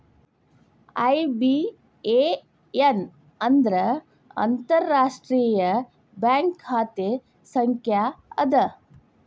IBAN ಅಂದ್ರ ಅಂತಾರಾಷ್ಟ್ರೇಯ bank ಖಾತೆ ಸಂಖ್ಯಾ ಅದ